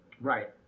Right